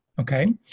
okay